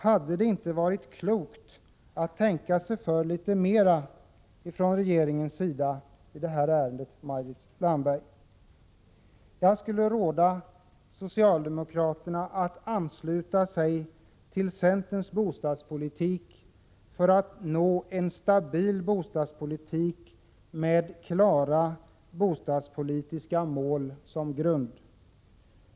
Hade det inte varit klokt av regeringen att tänka sig för litet mera i detta ärende, Maj-Lis Landberg? Jag skulle råda socialdemokraterna att ansluta sig till centerns bostadspolitik för att nå en stabil bostadspolitik med klara bostadssociala mål.